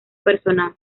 personal